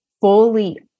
fully